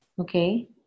Okay